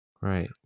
Right